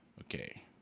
Okay